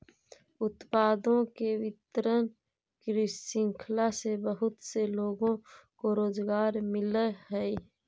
उत्पादों के वितरण की श्रृंखला से बहुत से लोगों को रोजगार मिलअ हई